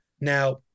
Now